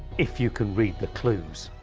if you can read the clues.